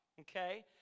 Okay